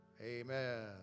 amen